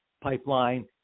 Pipeline